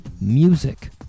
music